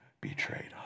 betrayed